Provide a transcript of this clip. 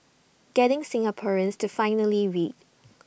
getting Singaporeans to finally read